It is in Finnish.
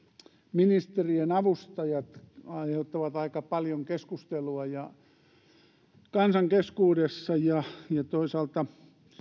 ministerien avustajat aiheuttavat aika paljon keskustelua kansan keskuudessa ja toisaalta